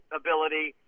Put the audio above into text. ability